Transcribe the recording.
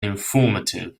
informative